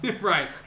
Right